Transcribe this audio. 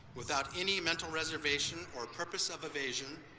without any mental reservation or purpose of evasion